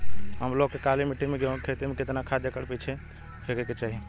हम लोग के काली मिट्टी में गेहूँ के खेती में कितना खाद एकड़ पीछे फेके के चाही?